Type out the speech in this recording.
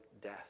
death